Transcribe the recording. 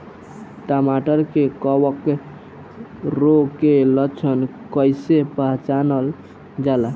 टमाटर मे कवक रोग के लक्षण कइसे पहचानल जाला?